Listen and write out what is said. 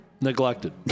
neglected